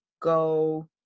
go